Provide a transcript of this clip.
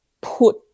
put